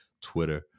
Twitter